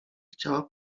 chciała